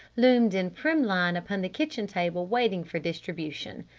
loomed in prim line upon the kitchen table waiting for distribution.